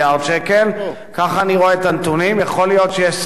יכול להיות שיש סחורות וכל מיני תמורות אחרות,